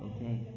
Okay